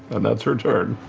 and that's her turn.